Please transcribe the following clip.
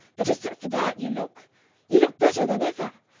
but except for that you look you look better than ever.